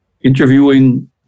interviewing